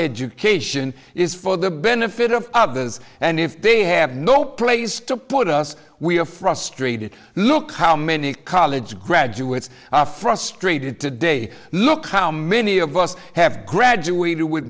education is for the benefit of others and if they have no place to put us we are frustrated look how many college graduates are frustrated today look how many of us have graduated with